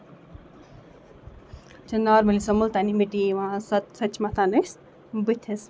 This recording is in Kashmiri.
چھِ نارمٔلی آسان مُلتانی مِٹی یِوان سۄ تہِ چھِ مَتھان أسۍ بٕتھِس